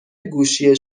گوشی